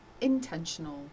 intentional